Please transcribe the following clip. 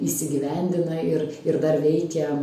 įsigyvendina ir ir dar veikia